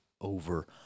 over